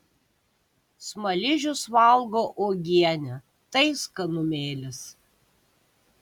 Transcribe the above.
smaližius valgo uogienę tai skanumėlis